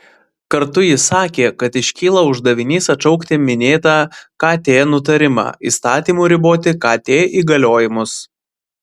kartu jis sakė kad iškyla uždavinys atšaukti minėtą kt nutarimą įstatymu riboti kt įgaliojimus